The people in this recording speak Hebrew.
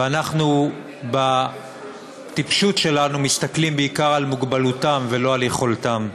ואנחנו בטיפשותנו מסתכלים בעיקר על מוגבלותם ולא על יכולתם.